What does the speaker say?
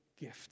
gift